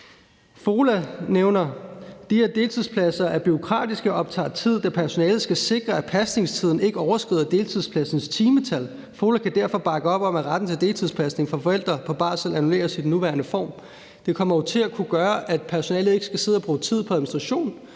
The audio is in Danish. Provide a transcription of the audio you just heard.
FOLA nævner, at de her deltidspladser er »bureaukratiske og optager tid, da personalet skal sikre, at pasningstiden ikke overskrider deltidspladsens timetal«, og videre står der: »FOLA kan derfor bakke op om, at retten til deltidspasning for forældre på barsel annulleres i den nuværende form.« Det kommer jo til at kunne gøre, at patienterne ikke skal sidde og bruge tid på administration,